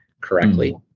correctly